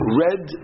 red